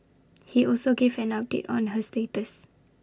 he also gave an update on her status